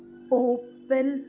Opel